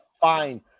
fine